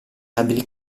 abili